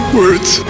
words